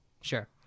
Sure